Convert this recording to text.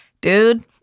Dude